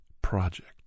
project